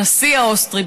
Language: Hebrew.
הנשיא האוסטרי,